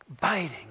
Biting